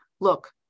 look